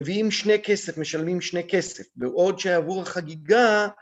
ועם שני כסף משלמים שני כסף בעוד שעבור החגיגה